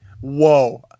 Whoa